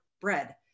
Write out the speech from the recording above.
bread